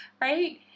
right